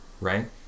Right